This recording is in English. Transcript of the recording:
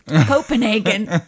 Copenhagen